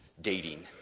dating